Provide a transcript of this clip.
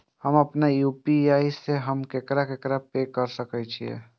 हम आपन यू.पी.आई से हम ककरा ककरा पाय भेज सकै छीयै?